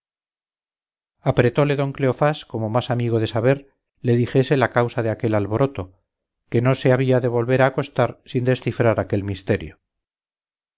apretóle don cleofás como más amigo de saber le dijese la causa de aquel alboroto que no se había de volver a acostar sin descifrar aquel misterio